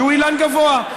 שהוא אילן גבוה,